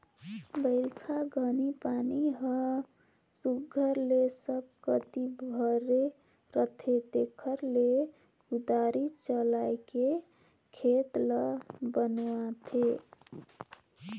बरिखा घनी पानी हर सुग्घर ले सब कती भरे रहें तेकरे ले कुदारी चलाएके खेत ल बनुवाथे